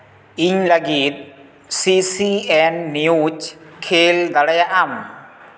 ᱤᱧ ᱞᱟᱹᱜᱤᱫ ᱥᱤᱥᱤᱮᱱ ᱱᱤᱭᱩᱡᱽ ᱠᱷᱮᱞ ᱫᱟᱲᱮᱭᱟᱜ ᱟᱢ